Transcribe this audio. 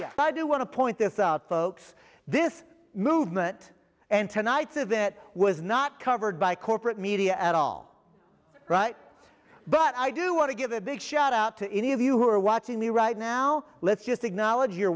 but i do want to point this out folks this movement and tonight's of that was not covered by corporate media at all right but i do want to give a big shout out to any of you who are watching me right now let's just acknowledge you're